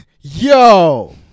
yo